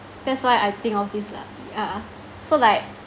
that's why I think of this lah yeah so like